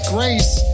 Grace